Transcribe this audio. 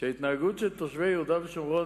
שההתנהגות של תושבי יהודה ושומרון,